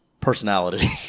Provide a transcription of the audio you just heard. personality